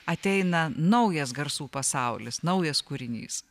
ateina naujas garsų pasaulis naujas kūrinys